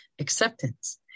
acceptance